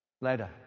later